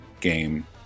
game